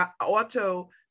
auto